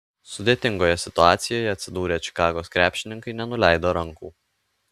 sudėtingoje situacijoje atsidūrę čikagos krepšininkai nenuleido rankų